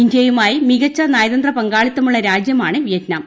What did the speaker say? ഇന്ത്യയുമായി മികച്ച നയതന്ത്രപങ്കാളിത്തമുള്ള രാജ്യമാണ് വിയറ്റ്നാം